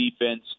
defense